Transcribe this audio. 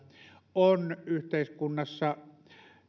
on yhteiskunnassa